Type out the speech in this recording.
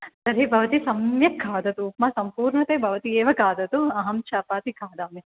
तर्हि भवति सम्यक् खादतु उप्मा सम्पूर्णतया भवती एव खादतु अहं चपाति खादामि